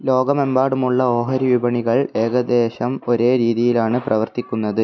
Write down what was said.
ലോകമെമ്പാടുമുള്ള ഓഹരി വിപണികൾ ഏകദേശം ഒരേ രീതിയിലാണ് പ്രവർത്തിക്കുന്നത്